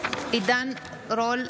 נוכח עידן רול,